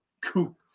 Coop